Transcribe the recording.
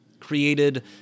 created